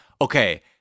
Okay